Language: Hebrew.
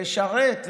לשרת,